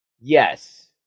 Yes